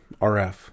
RF